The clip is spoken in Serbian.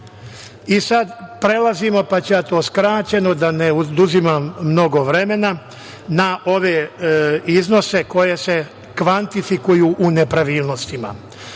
prelazimo, pa ću ja to kraćeno, da ne oduzimam mnogo vremena, na ove iznose koje se kvantifikuju u nepravilnostima,